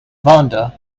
vonda